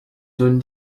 zone